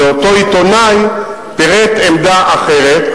לאותו עיתונאי פירט עמדה אחרת,